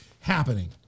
happening